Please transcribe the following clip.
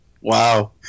wow